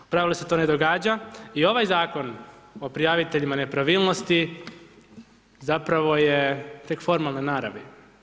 U pravilu se to ne događa i ovaj Zakon o prijaviteljima nepravilnosti, zapravo je tek formalne naravi.